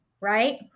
right